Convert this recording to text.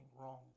wrong